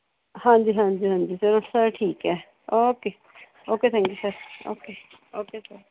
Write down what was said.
ਹਾਂਜੀ ਹਾਂਜੀ ਹਾਂਜੀ ਚਲੋ ਸਰ ਠੀਕ ਹੈ okay okay thank you sir okay okay sir